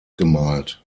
gemalt